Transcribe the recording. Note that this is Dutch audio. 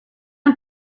een